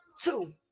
two